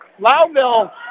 Loudville